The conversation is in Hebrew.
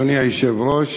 אדוני היושב-ראש,